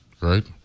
right